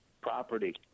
property